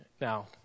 Now